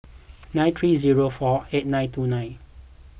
nine three zero four eight nine two nine